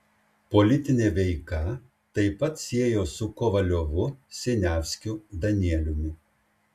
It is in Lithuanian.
politinė veika taip pat siejo su kovaliovu siniavskiu danieliumi